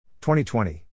2020